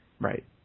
Right